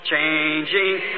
changing